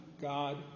God